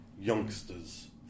youngsters